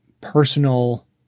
personal